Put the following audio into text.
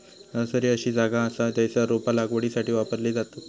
nursery अशी जागा असा जयसर रोपा लागवडीसाठी वापरली जातत